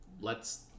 lets